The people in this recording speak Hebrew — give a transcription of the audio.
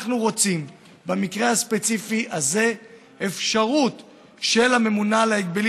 אנחנו רוצים במקרה הספציפי הזה אפשרות של הממונה על ההגבלים